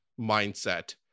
mindset